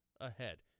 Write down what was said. ahead